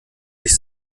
sich